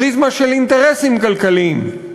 פריזמה של אינטרסים כלכליים.